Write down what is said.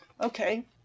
Okay